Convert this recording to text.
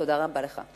תודה רבה לך.